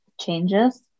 changes